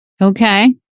Okay